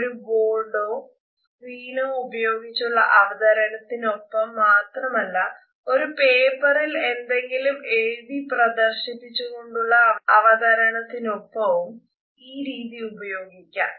ഒരു ബോർഡോ സ്ക്രീനോ ഉപയോഗിച്ചുള്ള അവതരണത്തിനൊപ്പം മാത്രമല്ല ഒരു പേപ്പറിൽ എന്തെങ്കിലും എഴുതി പ്രദർശിപ്പിച്ചു കൊണ്ടുള്ള അവതരണത്തിനൊപ്പവും ഈ രീതി ഉപയോഗിക്കാം